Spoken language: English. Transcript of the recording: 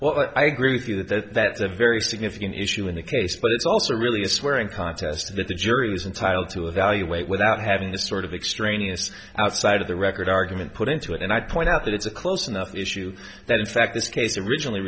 what i agree with you that that that's a very significant issue in the case but it's also really a swearing contest that the jury is entitled to evaluate without having this sort of extraneous outside of the record argument put into it and i point out that it's a close enough issue that in fact this case originally